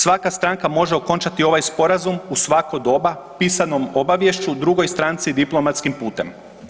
Svaka stranka može okončati ovaj Sporazum u svako doba pisanom obaviješću drugoj stranci diplomatskim putem.